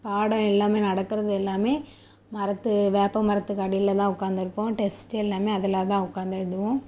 பாடம் எல்லாமே நடக்கிறது எல்லாமே மரத்து வேப்ப மரத்துக்கு அடியில் தான் உட்காந்துருப்போம் டெஸ்ட் எல்லாமே அதில் தான் உட்காந்து எழுதுவோம்